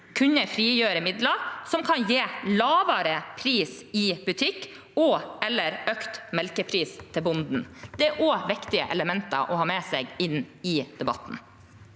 kunne frigjøre midler som kan gi lavere pris i butikk og/ eller økt melkepris til bonden. Det er også viktige elementer å ha med seg inn i debatten.